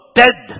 dead